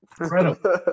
Incredible